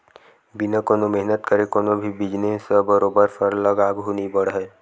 बिना कोनो मेहनत करे कोनो भी बिजनेस ह बरोबर सरलग आघु नइ बड़हय